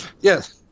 Yes